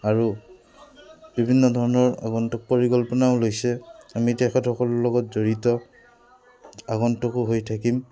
আৰু বিভিন্ন ধৰণৰ আগন্তুক পৰিকল্পনাও লৈছে আমি তেখেতসকলৰ লগত জড়িত আগন্তুকো হৈ থাকিম